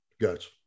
Gotcha